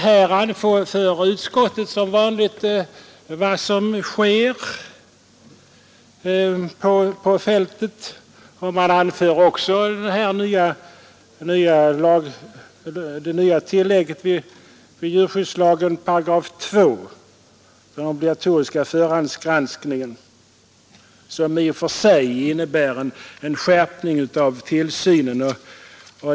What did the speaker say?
Utskottet redogör som vanligt för vad som sker på fältet och anför också att det nya tillägget i 28 djurskyddslagen om obligatorisk förhandsgranskning i och för sig innebär en skärpning av tillsynen.